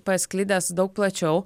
pasklidęs daug plačiau